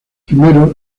primero